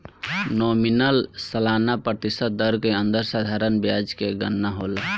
nominal सालाना प्रतिशत दर के अंदर साधारण ब्याज के गनना होला